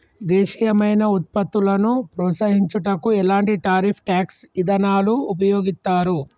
దేశీయమైన వృత్పత్తులను ప్రోత్సహించుటకు ఎలాంటి టారిఫ్ ట్యాక్స్ ఇదానాలు ఉపయోగిత్తారు